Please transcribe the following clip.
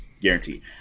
Guarantee